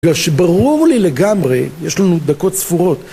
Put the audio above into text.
בגלל שברור לי לגמרי, יש לנו דקות ספורות.